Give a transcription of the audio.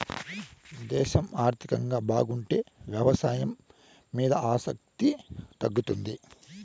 దేశం ఆర్థికంగా బాగుంటే వ్యవసాయం మీద ఆసక్తి తగ్గుతుంది